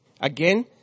Again